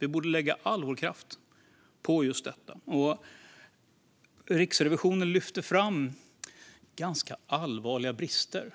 Vi borde lägga all vår kraft på just detta. Riksrevisionen lyfter fram ganska allvarliga brister